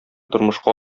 тормышка